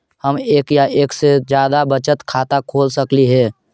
हम एक या एक से जादा बचत खाता खोल सकली हे?